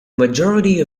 majority